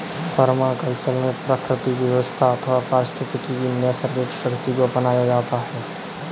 permaculture में प्रकृति की व्यवस्था अथवा पारिस्थितिकी की नैसर्गिक प्रकृति को अपनाया जाता है